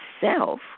self